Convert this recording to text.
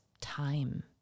time